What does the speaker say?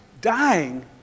dying